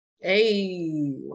hey